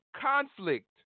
conflict